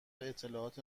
اطلاعات